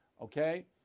Okay